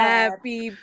Happy